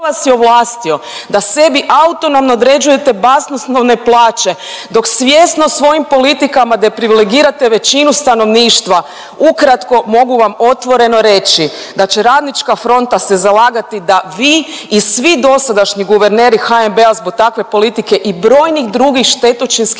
da sebi autonomno određujete basnoslovne plaće dok svjesno svojim politikama depriveligirate većinu stanovništva? Ukratko mogu vam otvoreno reći da će RF se zalagati da vi i svi dosadašnji guverneri zbog takve politike i brojnih drugih štetočinskih